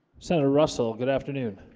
senator russell good afternoon